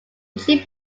issue